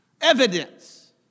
evidence